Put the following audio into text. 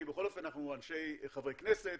כי בכל אופן אנחנו חברי כנסת